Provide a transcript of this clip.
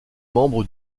membre